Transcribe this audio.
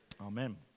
Amen